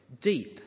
deep